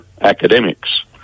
academics